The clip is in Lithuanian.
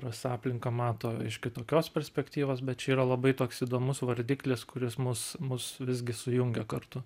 rasa aplinką mato iš kitokios perspektyvos bet čia yra labai toks įdomus vardiklis kuris mus mus visgi sujungia kartu